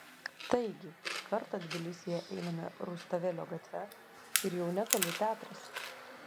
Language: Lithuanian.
taigi kartą tbilisyje einame rustavelio gatve ir jau netoli teatras